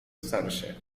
starsze